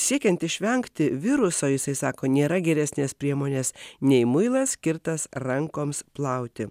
siekiant išvengti viruso jisai sako nėra geresnės priemonės nei muilas skirtas rankoms plauti